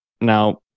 Now